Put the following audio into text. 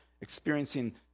experiencing